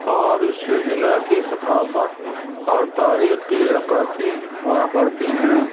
اور اس سے ضلع کی ثقافت اور تاریخ کی عکاسی ہوا کرتی ہیں